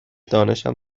دانشم